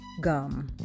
gum